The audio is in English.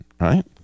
right